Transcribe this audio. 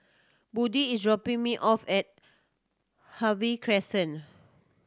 Buddie is dropping me off at Harvey Crescent